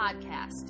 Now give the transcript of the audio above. podcast